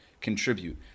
contribute